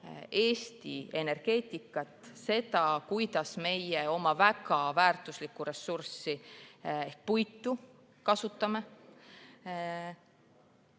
Eesti energeetikat, seda, kuidas meie oma väga väärtuslikku ressurssi ehk puitu kasutame.